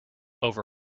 over